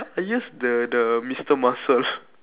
I use the the mister muscle